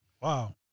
Wow